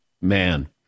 man